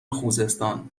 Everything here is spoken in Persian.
خوزستان